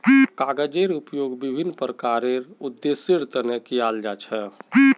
कागजेर उपयोग विभिन्न प्रकारेर उद्देश्येर तने कियाल जा छे